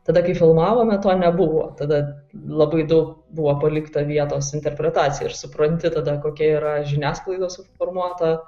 tada kai filmavome to nebuvo tada labai daug buvo palikta vietos interpretacijai ir supranti tada kokia yra žiniasklaidos formuota